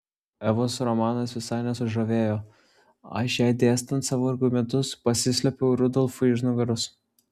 evos romanas visai nesužavėjo aš jai dėstant savo argumentus pasislėpiau rudolfui už nugaros